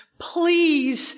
Please